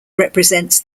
represents